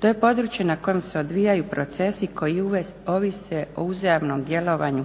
To je područje na kojem se odvijaju procesi koji ovise o uzajamnom djelovanju